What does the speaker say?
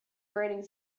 grating